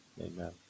Amen